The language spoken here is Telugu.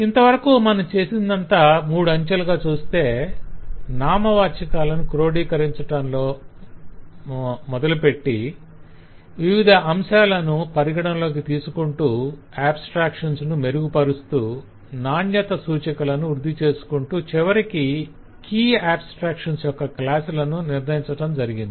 ఇంతవరకు మనం చేసినదంతా మూడు అంచెలుగా చూస్తే నామవాచాకాలను క్రోడీకరించటంతో మొదలుపెట్టి వివిధ అంశాలను పరిగణలోకి తీసుకుంటూ ఆబ్స్ట్రాక్షన్స్ ను మెరుగుపరుస్తూ నాణ్యత సూచికలను వృద్ధి చేసుకుంటూ చివరికి కీ ఆబ్స్ట్రాక్షన్స్ యొక్క క్లాసులను నిర్ణయించటం జరిగింది